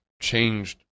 changed